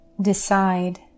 Decide